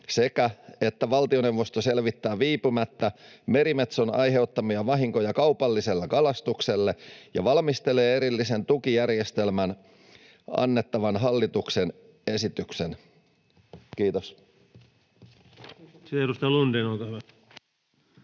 ja että valtioneuvosto selvittää viipymättä merimetson aiheuttamia vahinkoja kaupalliselle kalastukselle ja valmistelee erillisen tukijärjestelmästä annettavan hallituksen esityksen. — Kiitos. [Speech 288] Speaker: